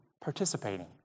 participating